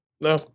No